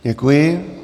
Děkuji.